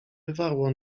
wywarło